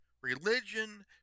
religion